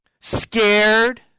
scared